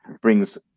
brings